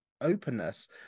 openness